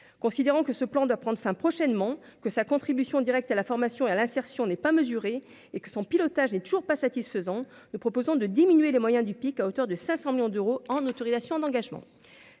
considérant que ce plan doit prendre fin prochainement que sa contribution directe à la formation et l'insertion n'est pas mesuré et que son pilotage et toujours pas satisfaisant, nous proposons de diminuer les moyens du pic à hauteur de 500 millions d'euros en autorisations d'engagement